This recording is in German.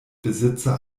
besitzer